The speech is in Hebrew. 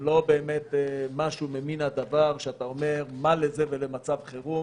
הם לא באמת משהו ממין הדבר שאתה אומר: מה לזה ולמצב חירום?